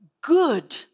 good